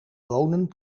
bonen